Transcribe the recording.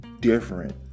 different